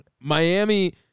Miami